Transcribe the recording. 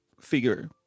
figure